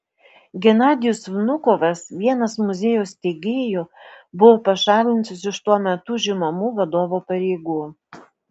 genadijus vnukovas vienas muziejaus steigėjų buvo pašalintas iš tuo metu užimamų vadovo pareigų